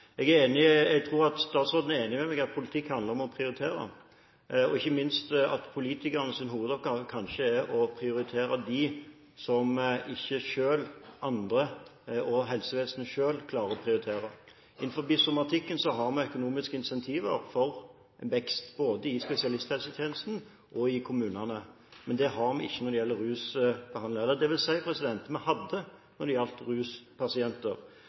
Jeg tror at statsråden er enig med meg i at politikk handler om å prioritere, og ikke minst at politikernes hovedoppgave kanskje er å prioritere dem som ikke helsevesenet selv klarer å prioritere. Innenfor somatikken har vi økonomiske incentiver for vekst, både i spesialisthelsetjenesten og i kommunene, men det har vi ikke når det gjelder rusbehandling. Eller, vi hadde det når det gjaldt ruspasienter,